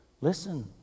Listen